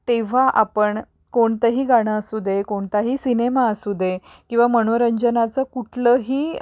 तेव्हा आपण कोणतंही गाणं असू दे कोणताही सिनेमा असू दे किंवा मनोरंजनाचं कुठलंही